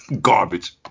Garbage